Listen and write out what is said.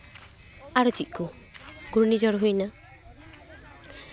ᱟᱨᱚ ᱪᱮᱫ ᱠᱚ ᱜᱷᱩᱨᱱᱤ ᱡᱷᱚᱲ ᱦᱩᱭᱱᱟ